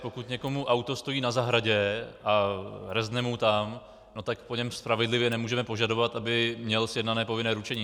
Pokud někomu stojí auto na zahradě a rezne mu tam, tak po něm spravedlivě nemůžeme požadovat, aby měl sjednané povinné ručení.